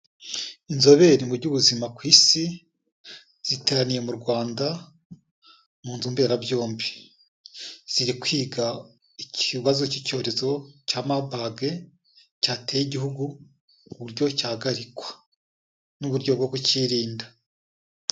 Inzobere mu by'ubuzima ku isi, ziteraniye mu Rwanda, mu nzu mberabyombi. Ziri kwiga ikibazo cy'icyorezo cya Marburg, cyateye igihugu uburyo cyahagarikwa n'uburyo bwo kukicyirinda.